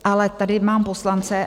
Ale tady mám poslance.